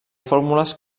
fórmules